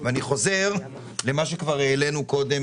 ואני חוזר למה שכבר העלינו קודם,